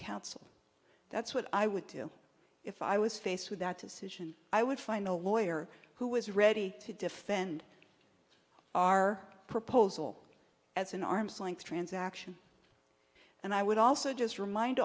counsel that's what i would do if i was faced with that decision i would find a lawyer who was ready to defend our proposal as an arm's length transaction and i would also just remind